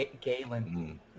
Galen